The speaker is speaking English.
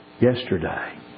Yesterday